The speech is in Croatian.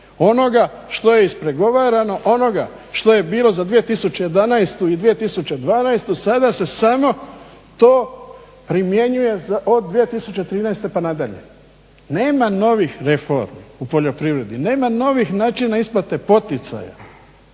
onoga što je ispregovarano, onoga što je bilo za 2011. i 2012. sada se samo to primjenjuje od 2013. pa na dalje. Nema novih reformi u poljoprivredi, nema novih načina isplate poticaja,